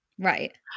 Right